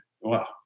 wow